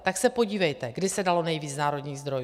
Tak se podívejte, kdy se dalo nejvíc z národních zdrojů.